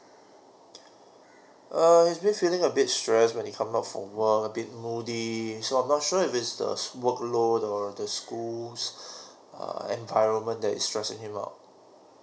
err he's been feeling a bit stress when he come back from work a bit moody so I'm not sure if it's a workload or the school's err environment that is stressing him out